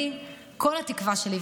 כל התקווה שלי,